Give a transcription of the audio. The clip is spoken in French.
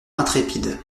intrépides